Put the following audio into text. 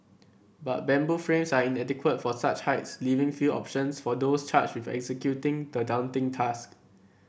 but bamboo frames are inadequate for such heights leaving few options for those charged with executing the daunting task